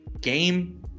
game